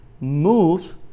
moves